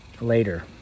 later